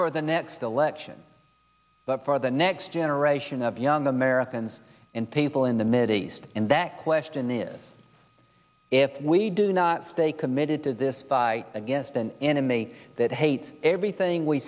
for the next election but for the next generation of young americans and people in the mideast and that question is if we do not stay committed to this by against an enemy that hates everything we